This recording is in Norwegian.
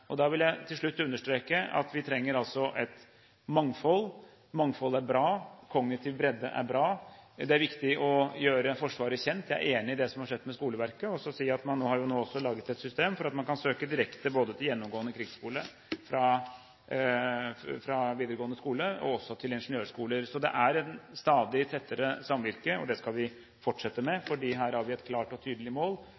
vil til slutt understreke at vi trenger et mangfold. Mangfold er bra, kognitiv bredde er bra, det er viktig å gjøre Forsvaret kjent. Jeg er enig i det som har skjedd med skoleverket, og vil også si at man nå har laget et system slik at man kan søke direkte både til gjennomgående krigsskole fra videregående skole og også til ingeniørskoler. Det er et stadig tettere samvirke, og det skal vi fortsette med,